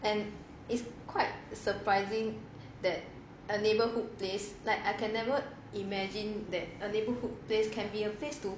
and it's quite surprising that a neighbourhood place like I can never imagine that a neighbourhood place can be a place to